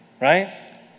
Right